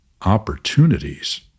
opportunities